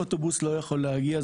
אוטובוס לא יכול להגיע.